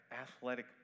athletic